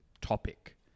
topic